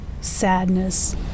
sadness